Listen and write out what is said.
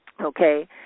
okay